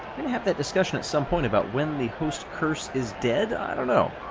going to have that discussion at some point about when the host curse is dead? i don't know.